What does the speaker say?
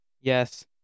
Yes